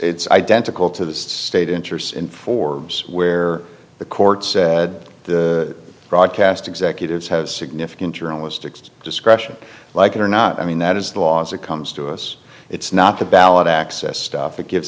six identical to the state interests in four where the court said the broadcast executives have significant journalistic discretion like it or not i mean that is the law as it comes to us it's not the ballot access stuff that gives